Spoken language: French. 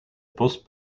poste